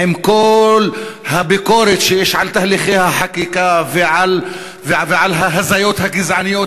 עם כל הביקורת שיש על תהליכי החקיקה ועל ההזיות הגזעניות